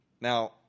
Now